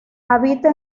habita